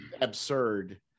absurd